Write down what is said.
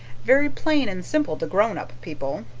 very plain and simple to grown up people.